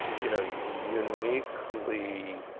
you know uniquely